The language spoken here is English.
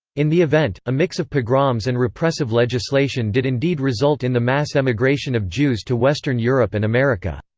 in the event, a mix of pogroms and repressive legislation did indeed result in the mass emigration of jews to western europe and america.